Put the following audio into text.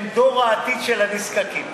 הם דור העתיד של הנזקקים.